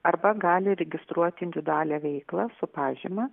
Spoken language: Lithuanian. arba gali registruoti individualią veiklą su pažyma